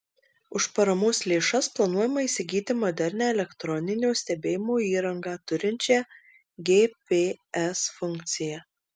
už paramos lėšas planuojama įsigyti modernią elektroninio stebėjimo įrangą turinčią gps funkciją